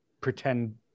pretend